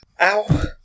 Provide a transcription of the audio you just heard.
Ow